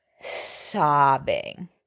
sobbing